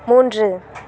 மூன்று